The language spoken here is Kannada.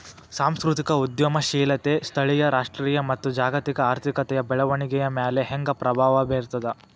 ಸಾಂಸ್ಕೃತಿಕ ಉದ್ಯಮಶೇಲತೆ ಸ್ಥಳೇಯ ರಾಷ್ಟ್ರೇಯ ಮತ್ತ ಜಾಗತಿಕ ಆರ್ಥಿಕತೆಯ ಬೆಳವಣಿಗೆಯ ಮ್ಯಾಲೆ ಹೆಂಗ ಪ್ರಭಾವ ಬೇರ್ತದ